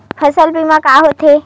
फसल बीमा का होथे?